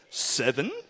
Seven